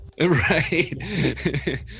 Right